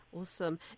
Awesome